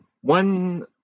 one